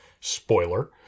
Spoiler